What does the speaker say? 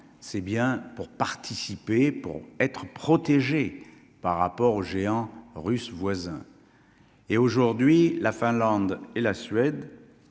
c'est bien pour participer pour être protégé par rapport aux géants russe voisin et aujourd'hui, la Finlande et la Suède